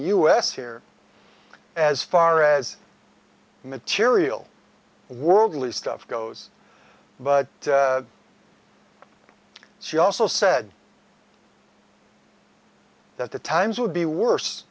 s here as far as material worldly stuff goes but she also said that the times would be worse